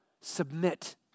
Submit